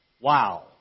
Wow